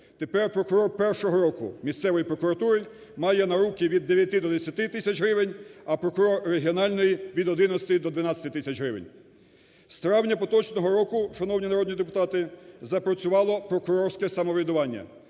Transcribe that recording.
Тепер прокурор першого року місцевої прокуратури має на руки від 9 до 10 тисяч гривень, а прокурор регіональної – від 11 до 12 тисяч гривень. З травня поточного року, шановні народні депутати, запрацювало прокурорське самоврядування.